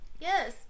yes